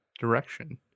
direction